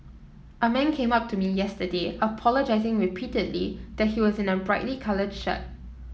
a man came up to me yesterday apologising repeatedly that he was in a brightly coloured shirt